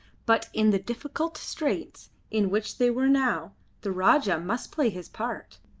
but in the difficult straits in which they were now the rajah must play his part.